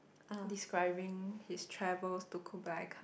describing his travels to Kublai Khan